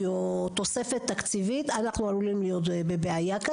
או תוספת תקציבית אנחנו עלולים להיות בבעיה.